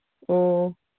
ꯑꯣ